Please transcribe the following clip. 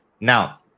Now